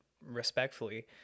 respectfully